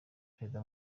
perezida